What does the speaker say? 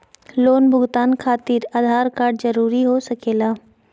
Loan भुगतान खातिर Aadhaar card जरूरी हो सके ला?